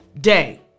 day